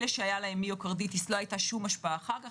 אלה שהיה להם מיוקרדיטיס לא היתה שום השפעה אחר כך,